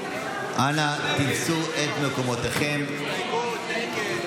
עופר כסיף